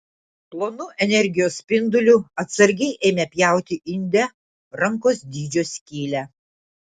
plonu energijos spinduliu atsargiai ėmė pjauti inde rankos dydžio skylę